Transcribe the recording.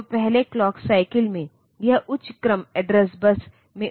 तो यह S0 S1 IO Mbar और सिग्नल प्रोसेसर की स्टेटस के बारे में बताता है